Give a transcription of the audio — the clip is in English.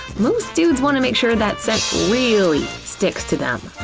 most dudes want to make sure that scent really sticks to them.